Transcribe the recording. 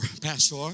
Pastor